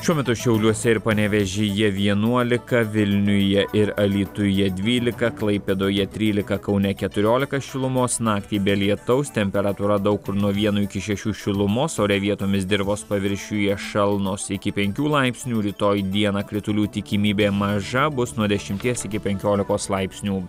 šiuo metu šiauliuose ir panevėžyje vienuolika vilniuje ir alytuje dvylika klaipėdoje trylika kaune keturiolika šilumos naktį be lietaus temperatūra daug kur nuo vieno iki šešių šilumos ore vietomis dirvos paviršiuje šalnos iki penkių laipsnių rytoj dieną kritulių tikimybė maža bus nuo dešimties iki penkiolikos laipsnių